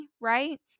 right